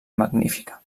magnífica